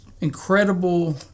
incredible